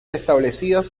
establecidas